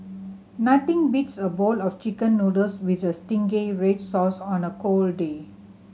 nothing beats a bowl of Chicken Noodles with a zingy red sauce on a cold day